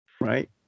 right